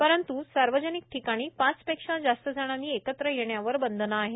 परंत् सार्वजनिक ठिकाणी पाचपेक्षा जास्त जणांनी एकत्र येण्यावर बंधने आहेत